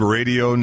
Radio